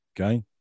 Okay